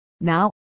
Now